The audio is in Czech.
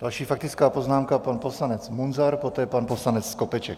Další faktická poznámka pan poslanec Munzar, poté pan poslanec Skopeček.